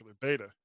beta